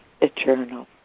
eternal